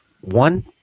one